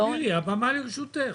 תסבירי, הבמה לרשותך.